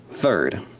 Third